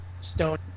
stone